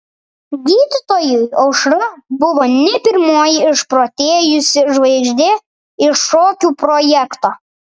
gydytojui aušra buvo ne pirmoji išprotėjusi žvaigždė iš šokių projekto